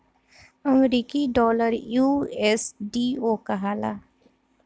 अमरीकी डॉलर यू.एस.डी.ओ कहाला